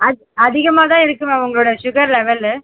அதி அதிகமாக தான் இருக்குது மேம் உங்களோட சுகர் லெவலு